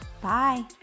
Bye